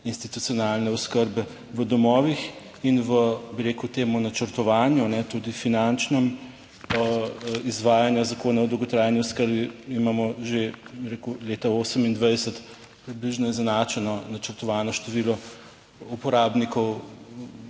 institucionalne oskrbe v domovih in v, bi rekel temu načrtovanju, tudi finančnem, izvajanja Zakona o dolgotrajni oskrbi imamo že, bi rekel, leta 2028, približno izenačeno načrtovano število uporabnikov